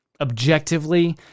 Objectively